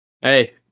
Hey